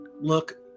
look